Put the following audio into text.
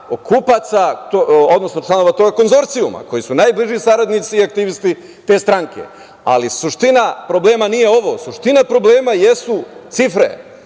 kupaca, odnosno članova tog konzorcijuma, koji su najbliži saradnici i aktivisti te stranke, ali suština problema nije ovo. Suština problema jesu cifre